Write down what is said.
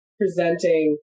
presenting